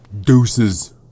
deuces